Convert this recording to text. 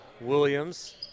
Williams